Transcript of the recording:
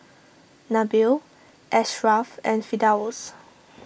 Nabil Ashraff and Firdaus